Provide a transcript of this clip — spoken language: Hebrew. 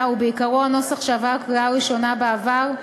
הוא בעיקרו הנוסח שעבר קריאה ראשונה בעבר,